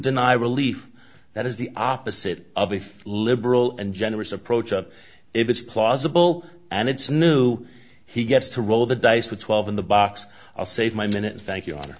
deny relief that is the opposite of a liberal and generous approach of if it's plausible and it's new he gets to roll the dice with twelve in the box i'll save my minutes thank you a